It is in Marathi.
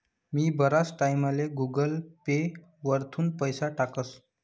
मी बराच टाईमले गुगल पे वरथून पैसा टाकस